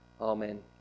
amen